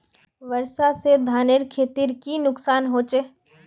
वर्षा से धानेर खेतीर की नुकसान होचे?